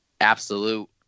absolute –